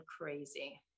crazy